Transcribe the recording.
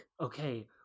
okay